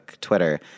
Twitter